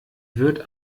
wird